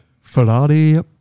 Ferrari